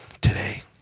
today